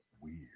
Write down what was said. Weird